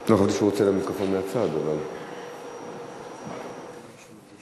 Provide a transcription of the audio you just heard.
אנחנו נעבור להצעת חוק הבחירות (תיקוני חקיקה),